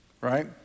Right